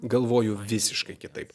galvoju visiškai kitaip